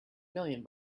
million